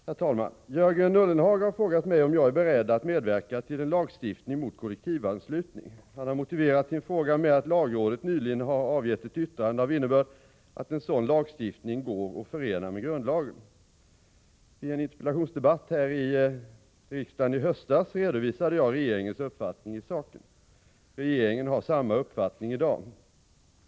Herr talman! Jörgen Ullenhag har frågat mig om jag är beredd att medverka till en lagstiftning mot kollektivanslutning. Han har motiverat sin fråga med att lagrådet nyligen har avgett ett yttrande av innebörd, att en sådan lagstiftning går att förena med grundlagen. Vid en interpellationsdebatt här i riksdagen i höstas redovisade jag regeringens uppfattning i saken. Regeringen har samma uppfattning i dag.